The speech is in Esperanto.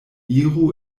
iru